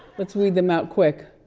let's weed them out quick.